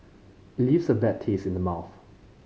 it leaves a bad taste in the mouth